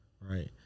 Right